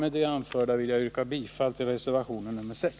Med det anförda vill jag yrka bifall till reservation 6.